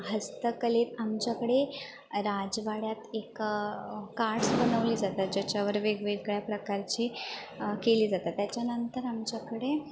हस्तकलेत आमच्याकडे राजवाड्यात एका कार्ड्स बनवले जातात ज्याच्यावर वेगवेगळ्या प्रकारची केली जातात त्याच्यानंतर आमच्याकडे